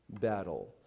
battle